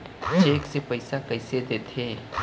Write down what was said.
Cheque से पइसा कइसे देथे?